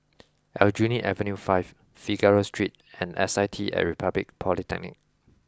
Aljunied Avenue five Figaro Street and S I T at Republic Polytechnic